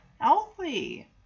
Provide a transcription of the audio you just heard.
healthy